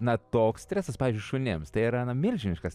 na toks stresas pavyzdžiui šunims tai yra na milžiniškas